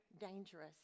dangerous